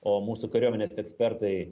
o mūsų kariuomenės ekspertai